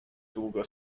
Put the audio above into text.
długo